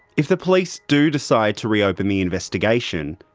if the police do decide to reopen the investigation,